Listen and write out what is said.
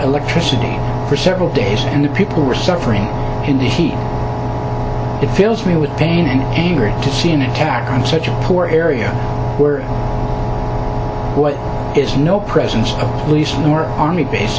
electricity for several days and the people are suffering in the heat it fills me with pain and angry to see an attack on such a poor area where what is no presence of police and their army base